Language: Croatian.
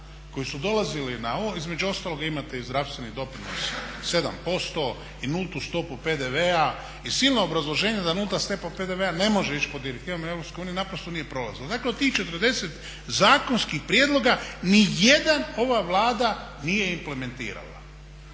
koji su dolazili na ovo, između ostalog imate i zdravstveni doprinos 7% i nultu stopu PDV-a i silna obrazloženja da nulta stopa PDV-a ne može ići po direktivama Europske unije naprosto nije prolazila. Dakle od tih 40 zakonskih prijedloga niti jedan ovaj Vlada nije implementirala.